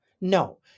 No